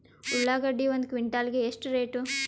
ಉಳ್ಳಾಗಡ್ಡಿ ಒಂದು ಕ್ವಿಂಟಾಲ್ ಗೆ ಎಷ್ಟು ರೇಟು?